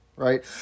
Right